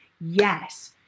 Yes